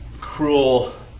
cruel